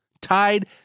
tied